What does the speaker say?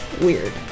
weird